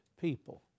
people